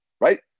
right